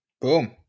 Boom